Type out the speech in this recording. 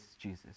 Jesus